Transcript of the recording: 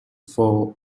four